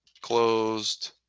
closed